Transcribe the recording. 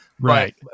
Right